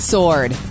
Sword